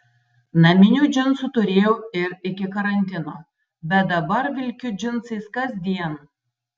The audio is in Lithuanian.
naminių džinsų turėjau ir iki karantino bet dabar vilkiu džinsais kasdien